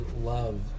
love